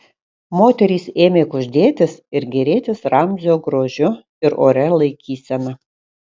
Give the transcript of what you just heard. moterys ėmė kuždėtis ir gėrėtis ramzio grožiu ir oria laikysena